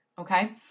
Okay